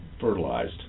fertilized